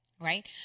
Right